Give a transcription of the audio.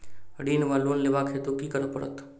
ऋण वा लोन लेबाक हेतु की करऽ पड़त?